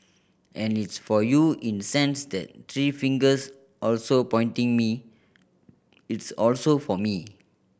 and it's for you in sense that three fingers also pointing me it's also for me